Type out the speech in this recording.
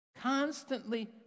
constantly